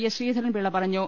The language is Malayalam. എസ് ശ്രീധരൻപിള്ള പറഞ്ഞു